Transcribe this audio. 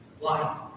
Light